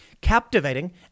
captivating